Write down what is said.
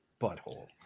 butthole